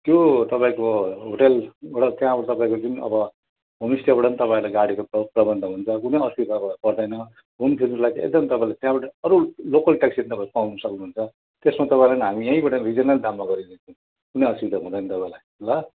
त्यो तपाईँको होटेलबाट त्यहाँ तपाईँको जुन अब होमस्टेबाट पनि तपाईँलाई गाडीको प्रबन्ध हुन्छ कुनै असुविधा पर्दैन घुम फिर्नुको लागि एकदम तपाईँलाई अरू लोकल ट्याक्सीहरू पनि तपाईँले पाउनु सक्नुहुन्छ त्यसमा तपाईँहरूलाई हामी यहीँबाट रिजनेबल दाममा गरिदिन्छौँ कुनै असुविदा हुँदैन तपाईँलाई ल